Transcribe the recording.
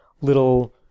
little